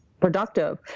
productive